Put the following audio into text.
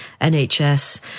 nhs